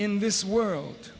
in this world